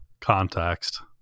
context